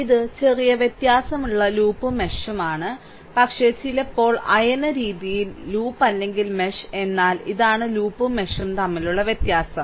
ഇത് ചെറിയ വ്യത്യാസമുള്ള ലൂപ്പും മെഷും ആണ് പക്ഷേ ചിലപ്പോൾ അയഞ്ഞ രീതിയിൽ ലൂപ്പ് അല്ലെങ്കിൽ മെഷ് എന്നാൽ ഇതാണ് ലൂപ്പും മെഷും തമ്മിലുള്ള വ്യത്യാസം